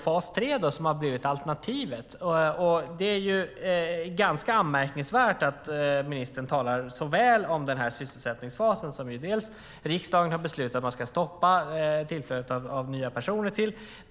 Fas 3 har blivit alternativet. Det är ganska anmärkningsvärt att ministern talar så väl om den här sysselsättningsfasen som riksdagen har beslutat om man att ska stoppa tillflödet av nya personer till.